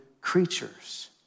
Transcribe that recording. creatures